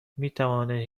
میتوانید